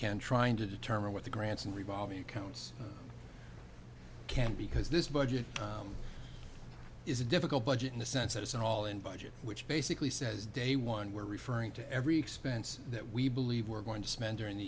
can trying to determine what the grants and revolving accounts can because this budget is a difficult budget in the sense that it's an all in budget which basically says day one we're referring to every expense that we believe we're going to spend during the